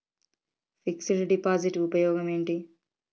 Fix డ్ deposit ఉపయోగం ఏంటి?